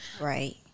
Right